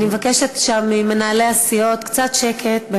אני מבקשת שם ממנהלי הסיעות קצת שקט.